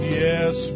yes